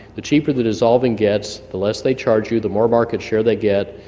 the cheaper the dissolving gets, the less they charge you, the more market share they get,